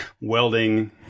welding